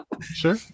Sure